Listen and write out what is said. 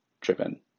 driven